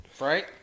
Right